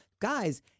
guys